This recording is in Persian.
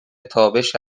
تابش